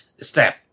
step